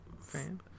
fan